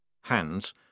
hands